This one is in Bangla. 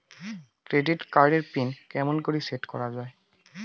ক্রেডিট কার্ড এর পিন কেমন করি সেট করা য়ায়?